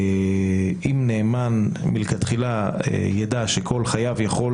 אם נאמן מלכתחילה ידע שכל חייב יכול